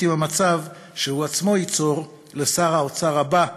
עם המצב שהוא בעצמו ייצור לשר האוצר הבא,